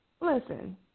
listen